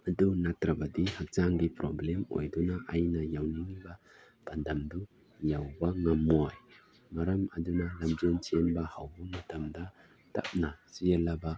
ꯑꯗꯨ ꯅꯠꯇ꯭ꯔꯕꯗꯤ ꯍꯛꯆꯥꯡꯒꯤ ꯄ꯭ꯔꯣꯕ꯭ꯂꯦꯝ ꯑꯣꯏꯗꯨꯅ ꯑꯩꯅ ꯌꯧꯅꯤꯡꯏꯕ ꯄꯥꯟꯗꯝꯗꯨ ꯌꯧꯕ ꯉꯝꯃꯣꯏ ꯃꯔꯝ ꯑꯗꯨꯅ ꯂꯝꯖꯦꯟ ꯆꯦꯟꯕ ꯍꯧꯕ ꯃꯇꯝꯗ ꯇꯞꯅ ꯆꯦꯜꯂꯕ